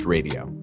Radio